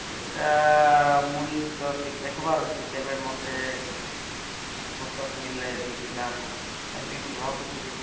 ସେଟା ମୁଇଁ ତ ଟିକିଏ ଦେଖବାର ଅଛି କେବେ ମୋତେ ଫୁରୁସତ୍ ମିଳିଲେ ଯିବି ଗାଁକୁ ଆଇବି ବୋଲି ଭାବୁଥିଲି